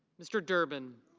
mr. durbin.